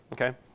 okay